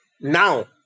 Now